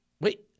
wait